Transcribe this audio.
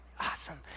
awesome